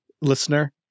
listener